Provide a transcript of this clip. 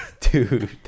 Dude